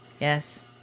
yes